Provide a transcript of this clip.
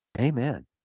Amen